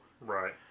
Right